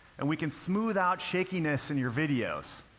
and we can smooth out shakiness in your videos.